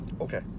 Okay